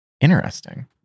Interesting